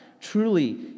Truly